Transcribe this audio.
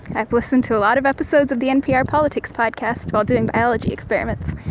i've listened to a lot of episodes of the npr politics podcast while doing biology experiments.